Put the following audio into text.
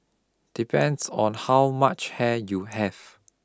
depends on how much hair you have